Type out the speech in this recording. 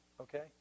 okay